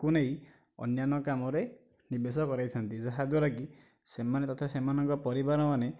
ତାଙ୍କୁ ନେଇକି ଅନ୍ୟାନ୍ୟ କାମରେ ନିବେଶ କରାଇଥାଆନ୍ତି ଯାହା ଦ୍ୱାରା କି ସେମାନଙ୍କର କଥା ସେମାନଙ୍କର ପରିବାର ମାନେ